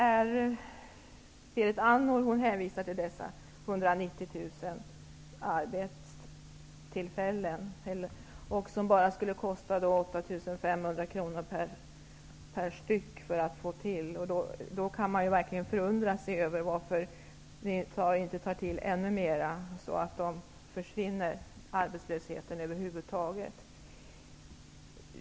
Berit Andnor hänvisade till att det bara skulle kosta arbetstillfällen. Då kan man verkligen förundra sig över att ni inte tar till ännu mer, så att arbetslösheten helt försvinner.